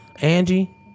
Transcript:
Angie